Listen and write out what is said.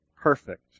perfect